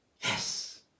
Yes